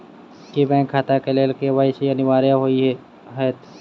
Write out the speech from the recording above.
की bank खाता केँ लेल के.वाई.सी अनिवार्य होइ हएत?